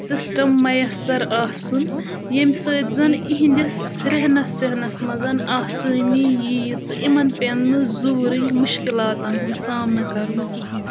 system مَیَسَر آسُن ییٚمہِ سۭتۍ زَن یِہٕنٛدِس رہنَس سہنَس منٛز آسٲنی ییہِ تہٕ یِمَن پٮ۪ن نہٕ زُوٕ رٔنٛگۍ مُشکِلاتَن ہُنٛد سامنہٕ کَرُن کِہیٖنٛۍ